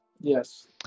yes